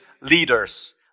leaders